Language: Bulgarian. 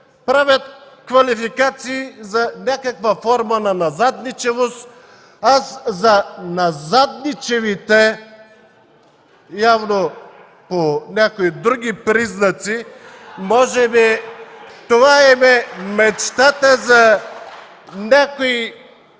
правят квалификации за някаква форма за назадничавост. За назадничавите – явно по някои други признаци, може би това им е мечтата за някои